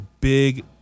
big